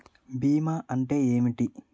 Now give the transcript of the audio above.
బీమా అంటే ఏమిటి?